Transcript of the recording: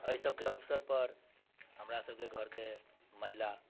एहि सभके अवसर पर हमरा सभकेँ घरके महिला